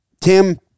Tim